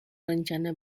rencana